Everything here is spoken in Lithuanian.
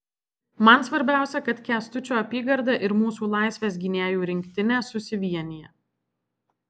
man svarbiausia kad kęstučio apygarda ir mūsų laisvės gynėjų rinktinė susivienija